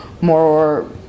more